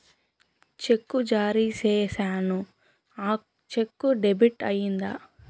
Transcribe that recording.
చెక్కు జారీ సేసాను, ఆ చెక్కు డెబిట్ అయిందా